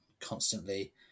constantly